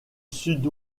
sud